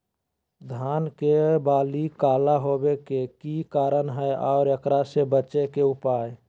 धान के बाली काला होवे के की कारण है और एकरा से बचे के उपाय?